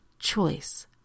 Choice